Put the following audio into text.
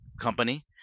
company